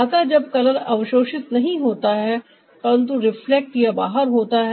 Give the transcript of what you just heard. अतः जब कलर अवशोषित नहीं होता है परंतु रिफ्लेक्ट या बाहर होता है